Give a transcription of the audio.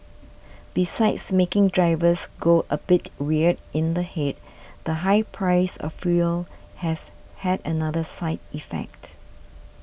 besides making drivers go a bit weird in the head the high price of fuel has had another side effect